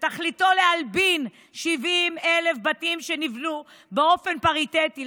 שתכליתו להלבין 70,000 בתים שנבנו באופן פיראטי.